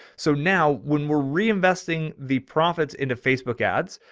so now when we're reinvesting the profits into facebook ads,